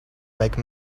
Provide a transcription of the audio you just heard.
make